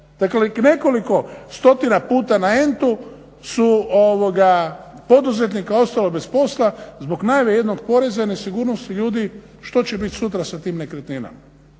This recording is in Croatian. Dakle, nekoliko stotina puta na entu su poduzetnika ostalo bez posla zbog najave jednog poreza i nesigurnosti ljudi što će biti sutra sa tim nekretninama.